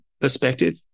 perspective